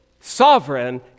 sovereign